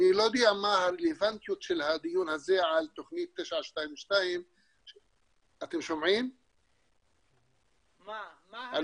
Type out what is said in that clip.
אני לא יודע מה הרלוונטיות של הדיון הזה על תוכנית 922. מה הרלוונטיות?